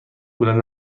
پول